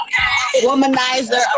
Womanizer